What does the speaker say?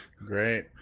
Great